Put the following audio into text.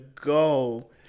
go